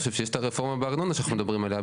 יש את הרפורמה בארנונה שאנחנו מדברים עליה,